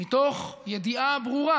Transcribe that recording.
מתוך ידיעה ברורה